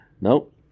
Nope